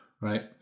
Right